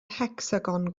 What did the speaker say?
hecsagon